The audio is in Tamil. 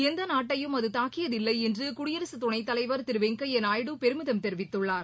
எந்த நாட்டையும் அது தாக்கியதில்லை என்று குடியரசு துணைத்தலைவர் திரு வெங்கையா நாயுடு பெருமிதம் தெரிவித்துள்ளார்